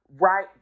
right